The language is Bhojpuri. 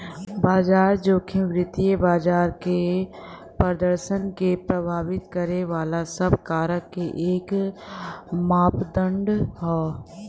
बाजार जोखिम वित्तीय बाजार के प्रदर्शन क प्रभावित करे वाले सब कारक क एक मापदण्ड हौ